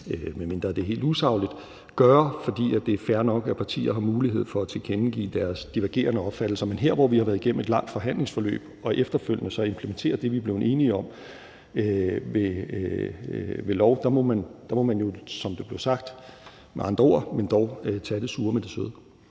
medmindre det er helt usagligt – for det er fair nok, at partier har mulighed for at tilkendegive deres divergerende opfattelser. Men her, hvor vi har været igennem et langt forhandlingsforløb og så efterfølgende implementerer det, vi er blevet enige om, ved lov, må man, som det er blevet sagt – med andre ord – tage det sure med det søde.